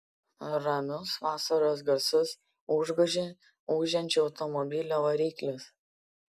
ramius vasaros garsus užgožė ūžiančio automobilio variklis